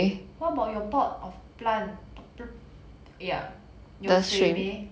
what about your pot of plant ya your 水枚